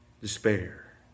despair